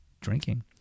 drinking